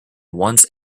once